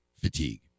fatigue